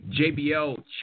JBL